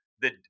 the-